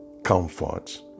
comforts